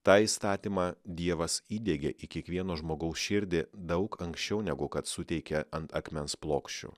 tą įstatymą dievas įdiegė į kiekvieno žmogaus širdį daug anksčiau negu kad suteikė ant akmens plokščių